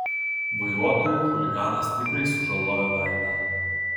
vairuotojui chuliganas stipriai sužalojo veidą